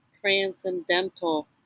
transcendental